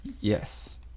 Yes